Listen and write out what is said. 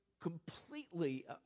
Completely